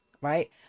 right